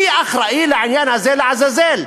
מי אחראי לעניין הזה לעזאזל?